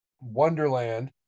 Wonderland